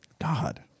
God